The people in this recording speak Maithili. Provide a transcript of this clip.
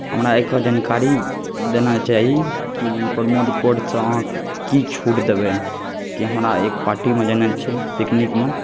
हमरा एकर जानकारी देना चाही कि ई प्रमोट कोडसँ अहाँ की छूट देबै कि हमरा एक पार्टीमे जेनाइ छै पिकनिकमे